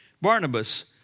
Barnabas